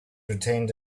retained